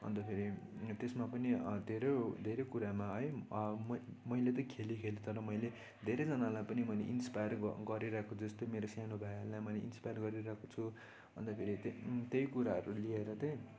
अन्त फेरि त्यसमा पनि धेरै धेरै कुरामा है मै मैले त खेलेँ खेलेँ तर मैले धेरैजनालाई पनि मैले इन्स्पायर ग गरिरहेको जस्तै मेरो सानो भइहरूलाई मैले इन्स्पायर गरिरहेको छु अन्त फेरि त्यही त्यही कुराहरू लिएर त्यही